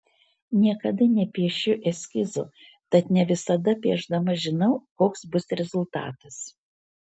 niekada nepiešiu eskizo tad ne visada piešdama žinau koks bus rezultatas